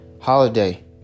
Holiday